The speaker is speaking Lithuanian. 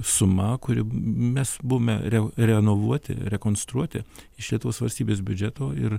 suma kuri mes buvome ren renovuoti rekonstruoti iš lietuvos valstybės biudžeto ir